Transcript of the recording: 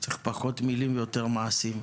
צריך פחות מילים ויותר מעשים.